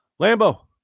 Lambo